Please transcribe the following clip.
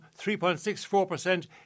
3.64%